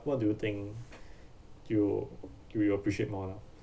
what do you think you you will appreciate more lah